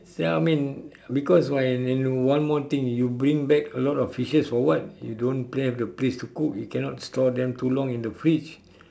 ya I mean because why and and one more thing you bring back a lot of fishes for what you don't have the place to cook you cannot store them too long in the fridge